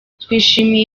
twishimiye